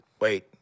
Wait